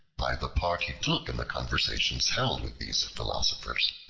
by the part he took in the conversations held with these philosophers,